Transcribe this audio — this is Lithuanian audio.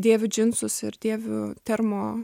dėviu džinsus ir dėviu termo